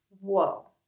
whoa